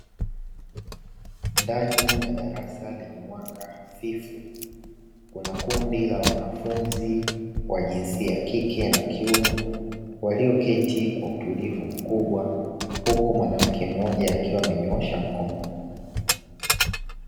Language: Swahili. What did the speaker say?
Ndani ya darasa lenye mwanga hafifu, kuna kundi la wanafunzi wa jinsia ya kike na kiume, walioketi kwa utulivu mkubwa, huku mwanamke mmoja akiwa amenyoosha mkono.